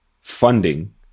funding